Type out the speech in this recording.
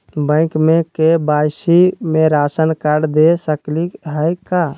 Bank में KYC में ration card दे सकली हई का?